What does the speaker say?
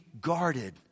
guarded